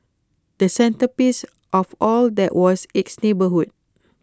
the centrepiece of all that was its neighbourhoods